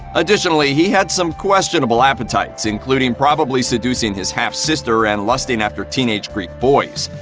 additionally, he had some questionable appetites, including probably seducing his half-sister and lusting after teenage greek boys.